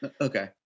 Okay